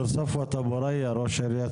אבד אלחי, ראש עיריית